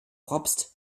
propst